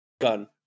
gun